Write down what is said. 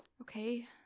Okay